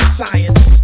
science